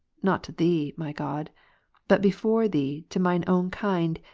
not to thee, my god but before thee to mine own kind,